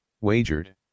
Wagered